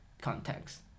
context